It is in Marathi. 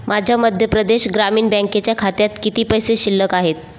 माझ्या मध्य प्रदेश ग्रामीण बँकेच्या खात्यात किती पैसे शिल्लक आहेत